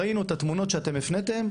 ראינו את התמונות שהצגתם,